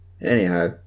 Anyhow